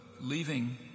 leaving